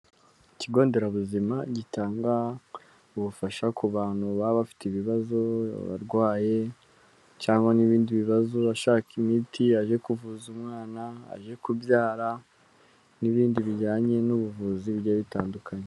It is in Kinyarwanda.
Ikigo nderabuzima gitanga ubufasha ku bantu baba bafite ibibazo, abarwaye cyangwa n'ibindi bibazo, ashaka imiti, aje kuvuza umwana, aje kubyara n'ibindi bijyanye n'ubuvuzi bigiye bitandukanye.